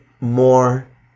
more